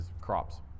crops